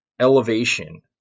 elevation